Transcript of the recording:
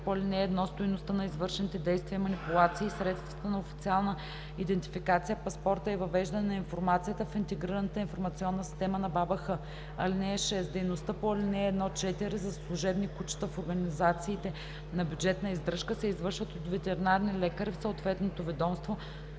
по ал. 1 стойността на извършените действия и манипулации, средствата на официална идентификация, паспорта и въвеждането на информацията в Интегрираната информационна система на БАБХ. (6) Дейностите по ал. 1 – 4 за служебни кучета в организациите на бюджетна издръжка се извършват от ветеринарни лекари в съответното ведомствено